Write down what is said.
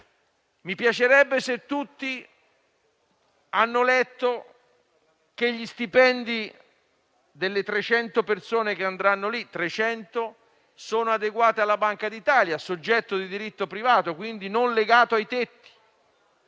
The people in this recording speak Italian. Mi piacerebbe sapere se tutti hanno letto che gli stipendi delle 300 persone che vi lavoreranno sono adeguati alla Banca d'Italia, soggetto di diritto privato, quindi non legato ai tetti.